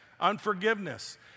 unforgiveness